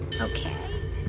Okay